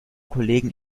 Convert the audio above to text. kollegen